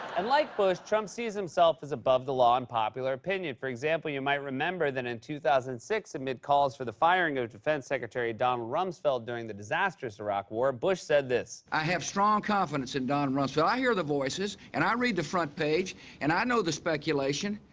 and, like bush, trump sees himself as above the law and popular opinion. for example, you might remember that, in two thousand and six, amid calls for the firing of defense secretary donald rumsfeld during the disastrous iraq war, bush said this. i have strong confidence in don rumsfeld. i hear the voices and i read the front page and i know the speculation.